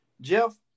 Jeff